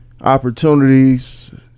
opportunities